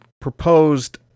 proposed